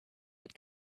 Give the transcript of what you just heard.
had